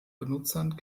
benutzern